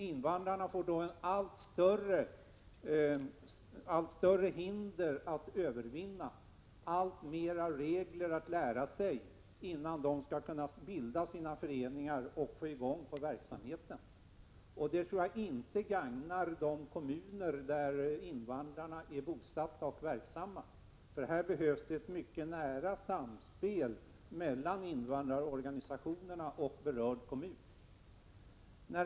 Invandrarna får allt större hinder att övervinna, allt fler regler att lära sig innan de kan bilda sina föreningar och få i gång verksamheten. Detta gagnar inte de kommuner där invandrarna är bosatta och verksamma. Det behövs ett mycket nära samspel mellan invandrarorganisationerna och berörda kommuner.